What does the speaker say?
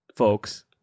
folks